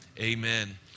amen